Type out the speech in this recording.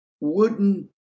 wooden